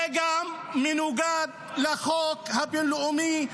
זה גם מנוגד לחוק הבין-לאומי,